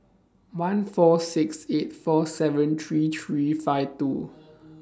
one four six eight four seven three three five two